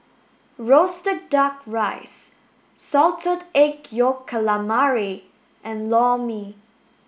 roasted duck rice salted egg yolk calamari and Lor Mee